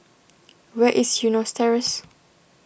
where is Eunos Terrace